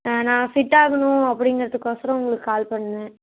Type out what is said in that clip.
ஆ நான் ஃபிட்டாகணும் அப்படிங்கிறதுக்கோசரம் உங்களுக்கு கால் பண்ணிணேன்